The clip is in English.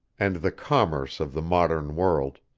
and the commerce of the modern world,